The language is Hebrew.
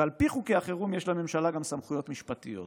על פי חוקי החירום יש לממשלה גם סמכויות משפטיות.